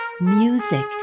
music